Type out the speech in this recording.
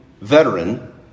veteran